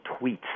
tweets